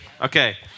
Okay